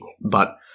but-